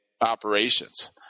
operations